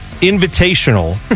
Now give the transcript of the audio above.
invitational